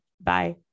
Bye